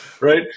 right